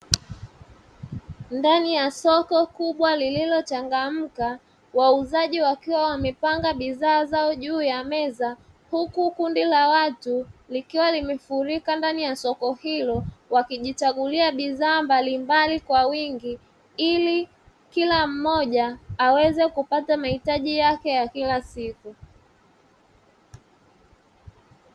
Ndani ya soko kubwa liliochangamka wauzaji wakiwa wamepanga bidhaa zao juu ya meza, huku kundi la watu likiwa limefurika ndani ya soko hilo wakijichagulia bidhaa mbalimbali kwa wingi ili kila mmoja aweze kupata mahitaji yake ya kila siku.